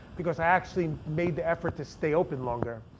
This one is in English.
because i actually made the effort to stay open longer.